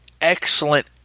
excellent